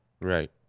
Right